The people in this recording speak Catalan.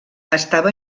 estava